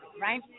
right